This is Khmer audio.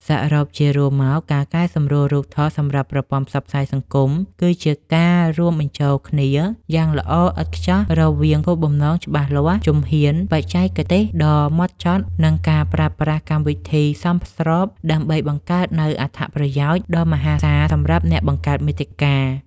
សរុបជារួមមក ការកែសម្រួលរូបថតសម្រាប់ប្រព័ន្ធផ្សព្វផ្សាយសង្គម គឺជាការរួមបញ្ចូលគ្នាយ៉ាងល្អឥតខ្ចោះរវាង គោលបំណងច្បាស់លាស់ ជំហ៊ាន បច្ចេកទេសដ៏ម៉ត់ចត់ និងការប្រើប្រាស់កម្មវិធីសមស្រប ដើម្បីបង្កើតនូវអត្ថប្រយោជន៍ ដ៏មហាសាលសម្រាប់អ្នកបង្កើតមាតិកា។